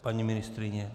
Paní ministryně?